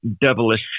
devilish